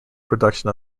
production